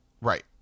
right